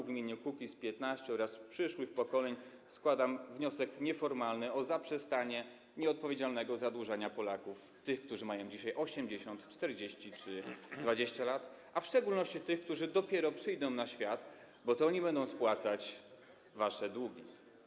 W imieniu Kukiz’15 oraz przyszłych pokoleń składam wniosek nieformalny o zaprzestanie nieodpowiedzialnego zadłużania Polaków, tych, którzy mają dzisiaj 80, 40 czy 20 lat, a w szczególności tych, którzy dopiero przyjdą na świat, bo to oni będą spłacać wasze długi.